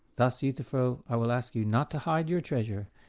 thus, euthyphro, i will ask you not to hide your treasure,